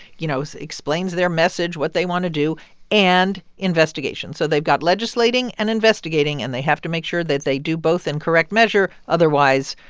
you know, so explains their message what they want to do and investigation. so they've got legislating and investigating. and they have to make sure that they do both in correct measure. otherwise,